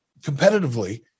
competitively